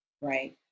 right